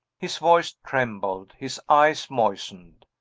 his voice trembled his eyes moistened.